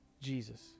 Jesus